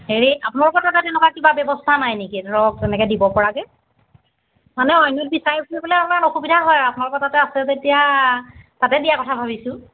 হেৰি আপোনালোকৰ তাতে তেনেকুৱা কিবা ব্যৱস্থা নাই নেকি ধৰক তেনেকৈ দিব পৰাকৈ মানে অন্যত বিচাৰি ফুৰিবলৈ অলপ অসুবিধা হয় আপোনালোকৰ তাতে আছে যেতিয়া তাতে দিয়া কথা ভাবিছোঁ